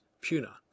Puna